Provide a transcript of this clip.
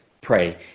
pray